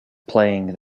playing